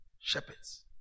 shepherds